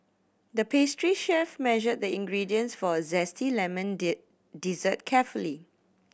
the pastry chef measured the ingredients for a zesty lemon dessert carefully